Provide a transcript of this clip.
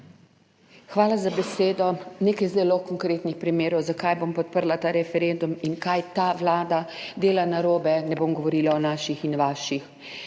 Hvala za besedo. Nekaj zelo konkretnih primerov, zakaj bom podprla ta referendum in kaj ta Vlada dela narobe. Ne bom govorila o naših in vaših.